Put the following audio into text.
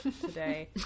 today